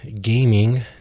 gaming